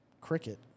cricket